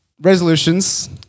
resolutions